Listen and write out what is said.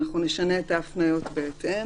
ואנחנו נשנה את ההפניות בהתאם.